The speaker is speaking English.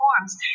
forms